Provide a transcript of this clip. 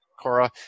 Cora